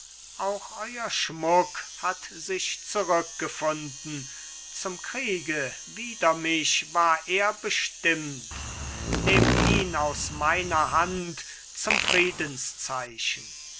auch euer schmuck hat sich zurückgefunden zum kriege wider mich war er bestimmt nehmt ihn aus meiner hand zum friedenszeichen